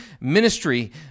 ministry